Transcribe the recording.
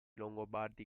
longobardi